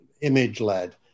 image-led